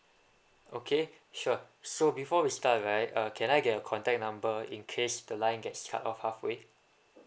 okay sure so before we start right uh can I get a contact number in case the line gets cut off halfway